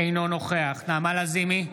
אינו נוכח נעמה לזימי,